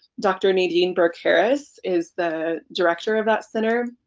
dr. nadine brooke harris is the director of that center